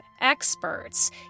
experts